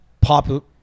pop